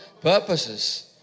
purposes